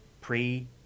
Pre